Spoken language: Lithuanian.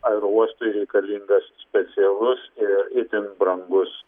aerouostui reikalingas specialus ir itin brangus